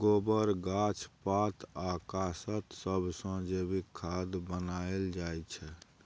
गोबर, गाछ पात आ कासत सबसँ जैबिक खाद बनाएल जाइ छै